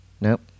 Nope